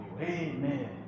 Amen